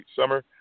summer